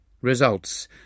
results